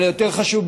אבל יותר חשוב,